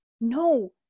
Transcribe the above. No